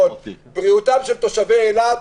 בריאותם של תושבי אילת